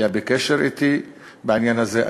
היה בקשר אתי בעניין הזה.